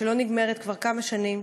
מלחמה שלא נגמרת כבר כמה שנים,